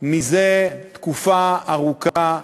זה תקופה ארוכה מאוד.